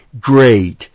Great